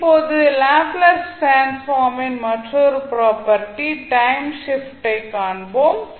இப்போது Laplace transform ன் மற்றொரு ப்ராப்பர்ட்டி டைம் ஷிப்ட் ஐ காண்போம்